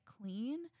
clean